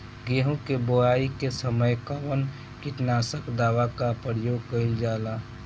गेहूं के बोआई के समय कवन किटनाशक दवाई का प्रयोग कइल जा ला?